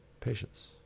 Patience